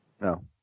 No